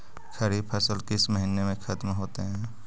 खरिफ फसल किस महीने में ख़त्म होते हैं?